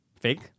Fake